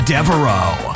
Devereaux